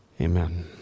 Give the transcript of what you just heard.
Amen